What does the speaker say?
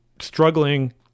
struggling